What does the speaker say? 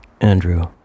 Andrew